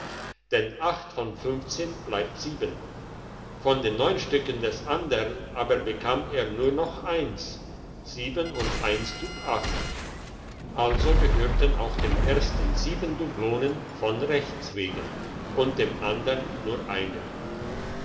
denn von bleibt von den stücken des andern aber bekam er nur noch eins und tut also gehörte auch dem ersten sieben dublonen von rechts wegen und dem andern nur eine